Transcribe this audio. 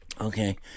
Okay